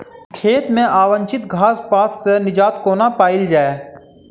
खेत मे अवांछित घास पात सऽ निजात कोना पाइल जाइ?